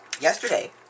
Yesterday